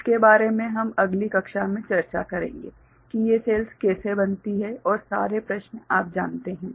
इसके बारे में हम अगली कक्षा में चर्चा करेंगे कि ये सेल्स कैसे बनती हैं और सारे प्रश्न आप जानते हैं